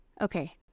okay